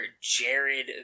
Jared